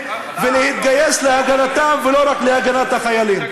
ולהתגייס להגנתם ולא רק להגנת החיילים.